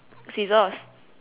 scissors